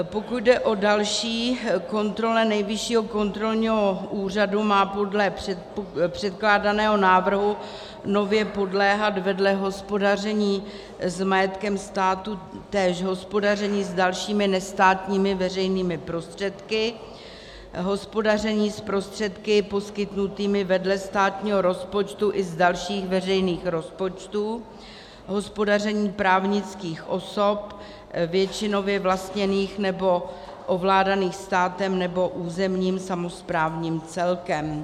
Pokud jde o další kontroly Nejvyššího kontrolního úřadu, má podle předkládaného návrhu nově podléhat vedle hospodaření s majetkem státu též hospodaření s dalšími nestátními veřejnými prostředky, hospodaření s prostředky poskytnutými vedle státního rozpočtu i z dalších veřejných rozpočtů, hospodaření právnických osob většinově vlastněných nebo ovládaných státem nebo územním samosprávným celkem.